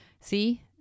see